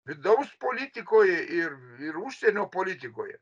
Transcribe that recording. vidaus politikoj ir ir užsienio politikoje